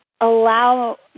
allow